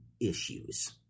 issues